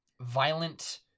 violent